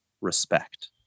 respect